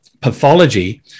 pathology